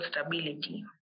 stability